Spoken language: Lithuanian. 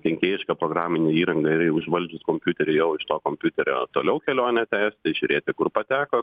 kenkėjišką programinę įrangą ir jau užvaldžius kompiuterį jau iš to kompiuterio toliau kelionę tęsti žiūrėti kur pateko